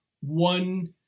one